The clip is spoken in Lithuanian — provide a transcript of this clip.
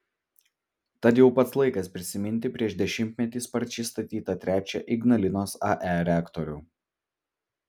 tad jau pats laikas prisiminti prieš dešimtmetį sparčiai statytą trečią ignalinos ae reaktorių